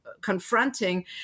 confronting